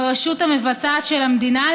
כרשות המבצעת של המדינה,